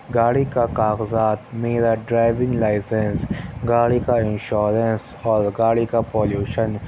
گاڑی کا کاغذات میرا ڈرائیونگ لائسنس گاڑی کا انشورنس اور گاڑی کا پالوشن